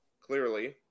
clearly